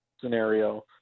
scenario